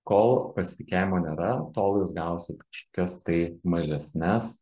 kol pasitikėjimo nėra tol jūs gausit kažkokias tai mažesnes